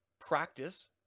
practice